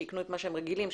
שיקנו את מה שהם רגילים.